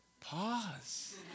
pause